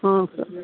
ಹಾಂ ಸರ್